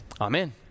Amen